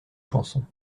chanson